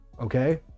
okay